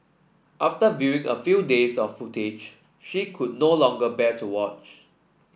after viewing a few days of footage she could no longer bear to watch